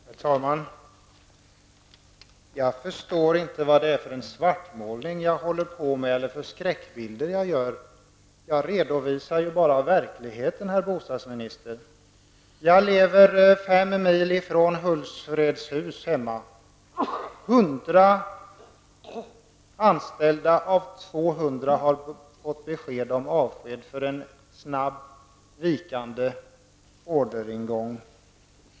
Herr talman! Jag förstår inte vad det är för svartmålning jag sägs hålla på med eller vilka skräckbilder jag gör. Jag redovisar bara verkligheten, herr bostadsminister. Jag lever 5 mil från Hultsfredshus. 100 anställda av 200 har fått om avsked på grund av en snabbt vikande orderingång.